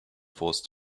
forced